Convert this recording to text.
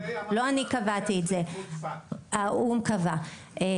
לא אני קבעתי את זה האו"ם קבע,